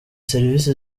serivise